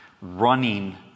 running